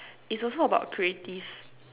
it's also about creative